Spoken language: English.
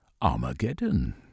Armageddon